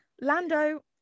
Lando